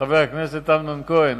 חבר הכנסת אמנון כהן,